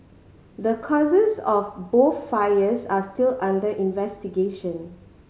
the causes of both fires are still under investigation